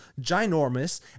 ginormous